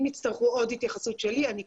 אם יצטרכו עוד התייחסות שלי אני כאן.